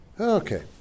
Okay